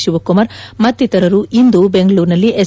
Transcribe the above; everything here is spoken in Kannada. ಶಿವಕುಮಾರ್ ಮತ್ತಿತರರು ಇಂದು ಬೆಂಗಳೂರಿನಲ್ಲಿ ಎಸ್